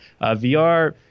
VR